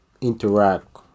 interact